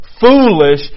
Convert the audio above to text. foolish